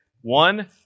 One